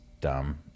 dumb